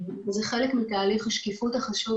זה חלק מתהליך השקיפות החשוב,